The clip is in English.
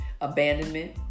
abandonment